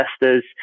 investors